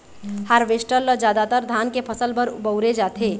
harvester ल जादातर धान के फसल बर बउरे जाथे